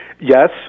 Yes